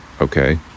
okay